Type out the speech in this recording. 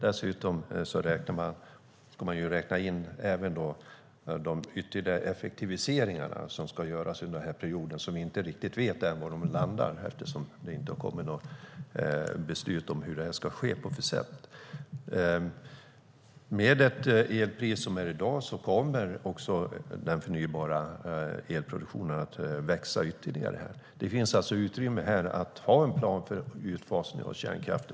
Dessutom ska man räkna in de ytterligare effektiviseringar som ska göras under perioden men som vi ännu inte riktigt vet var de landar eftersom det inte kommit några beslut om hur det ska ske. Med dagens elpriser kommer den förnybara elproduktionen att växa ytterligare. Det finns alltså utrymme för att ha en plan för utfasning av kärnkraften.